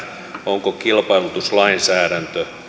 onko kilpailutuslainsäädäntö